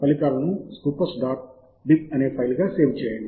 ఫలితాలను Scopus dot bib అనే ఫైల్గా సేవ్ చేయండి